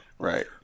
Right